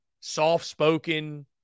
soft-spoken